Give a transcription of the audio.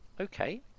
Okay